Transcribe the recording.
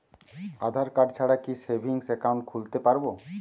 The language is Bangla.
আধারকার্ড ছাড়া কি সেভিংস একাউন্ট খুলতে পারব?